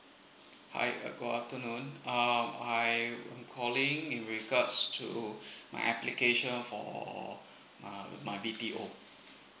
hi uh good afternoon um I am calling in regards to my application of uh my B_T_O